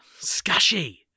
Scushy